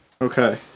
Okay